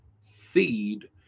seed